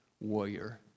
warrior